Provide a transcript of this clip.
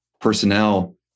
personnel